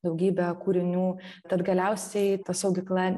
daugybė kūrinių tad galiausiai ta saugykla